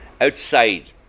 outside